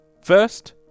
first